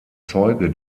zeuge